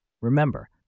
Remember